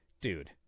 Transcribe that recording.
dude